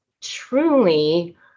truly